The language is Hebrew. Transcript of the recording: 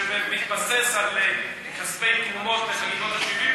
שמתבסס על כספי תרומות לחגיגות ה-70,